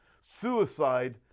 Suicide